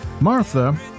Martha